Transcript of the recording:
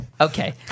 Okay